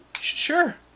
Sure